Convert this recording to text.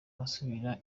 usubiza